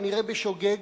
כנראה בשוגג,